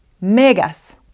megas